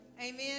amen